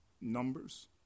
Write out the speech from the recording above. Numbers